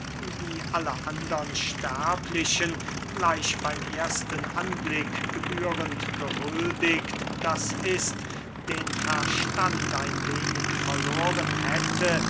wie alle andere sterbliche gleich beym ersten anblick gebührend gehuldiget d i den verstand ein wenig verloren hätte